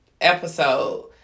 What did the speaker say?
episode